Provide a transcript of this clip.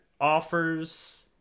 offers